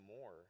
more